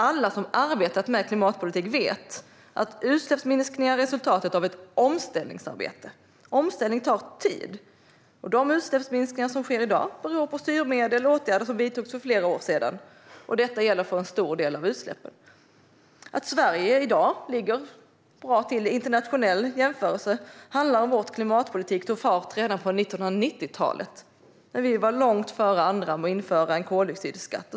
Alla som arbetat med klimatpolitik vet att utsläppsminskningar är resultatet av ett omställningsarbete. Omställning tar tid. De utsläppsminskningar som sker i dag kan beror på styrmedel och åtgärder som vidtogs för flera år sedan. Detta gäller för en stor del av utsläppen. Att Sverige i dag ligger bra till vid en internationell jämförelse handlar om att vår klimatpolitik tog fart redan under 1990-talet. Vi var långt före andra med att införa koldioxidskatter.